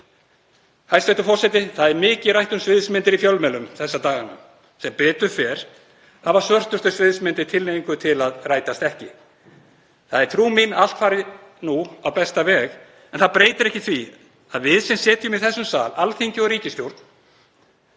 Mikið er rætt um sviðsmyndir í fjölmiðlum þessa dagana. Sem betur fer hafa svörtustu sviðsmyndir tilhneigingu til að rætast ekki. Það er trú mín að allt fari nú á besta veg. Það breytir ekki því að við sem sitjum í þessum sal, Alþingi og ríkisstjórn,